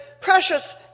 precious